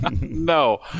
No